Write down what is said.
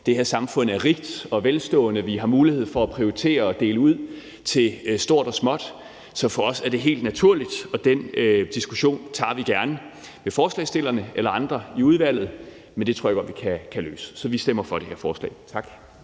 det her samfund er rigt og velstående. Vi har mulighed for at prioritere at dele ud til stort og småt, så for os er det helt naturligt, og den diskussion tager vi gerne med forslagsstillerne eller andre i udvalget, men det tror jeg godt at vi kan løse. Så vi stemmer for det her forslag. Tak.